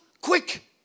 quick